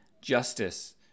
justice